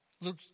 Luke